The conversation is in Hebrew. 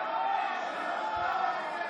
חרפה לעם ישראל.